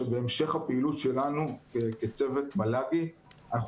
שבהמשך הפעילות שלנו כצוות מל"גי אנחנו